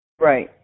Right